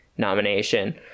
nomination